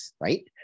Right